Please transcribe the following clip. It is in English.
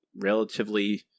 relatively